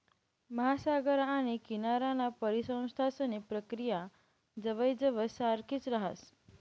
महासागर आणि किनाराना परिसंस्थांसनी प्रक्रिया जवयजवय सारखीच राहस